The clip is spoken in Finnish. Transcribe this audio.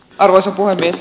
arvoisa puhemies